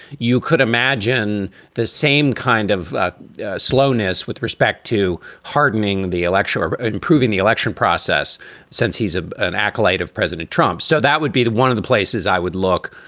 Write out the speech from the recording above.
you could imagine the same kind of ah slowness with respect to hardening the election or improving the election process since he's ah an acolyte of president trump. so that would be one of the places i would look.